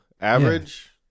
Average